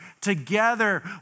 Together